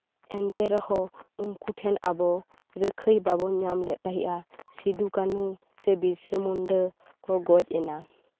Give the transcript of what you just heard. ᱮᱱᱛᱮ ᱨᱮᱦᱚᱸ ᱩᱱᱠᱩ ᱴᱷᱮᱱ ᱟᱵᱚ ᱨᱟᱹᱠᱷᱟᱹᱭ ᱵᱟᱵᱚᱱ ᱧᱟᱢ ᱞᱮᱜ ᱛᱟᱦᱮᱸᱜᱼᱟ ᱥᱤᱫᱩ ᱠᱟᱹᱱᱦᱩ ᱥᱮ ᱵᱤᱨᱥᱟᱹ ᱢᱩᱱᱰᱟᱹ ᱠᱚ ᱜᱚᱡ ᱮᱱᱟ